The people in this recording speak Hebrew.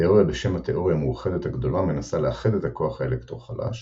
תאוריה בשם התאוריה המאוחדת הגדולה מנסה לאחד את הכוח האלקטרו-חלש